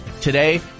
today